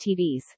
TVs